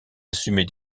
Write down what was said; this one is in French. assumer